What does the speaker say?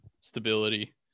stability